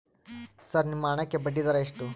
Sir ನಿಮ್ಮ ಹಣಕ್ಕೆ ಬಡ್ಡಿದರ ಎಷ್ಟು?